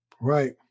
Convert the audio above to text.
Right